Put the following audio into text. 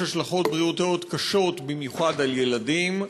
יש השלכות בריאותיות קשות במיוחד על ילדים.